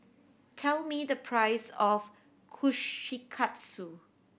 tell me the price of Kushikatsu